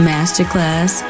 Masterclass